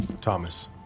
Thomas